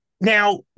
Now